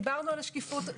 דיברנו על השקיפות.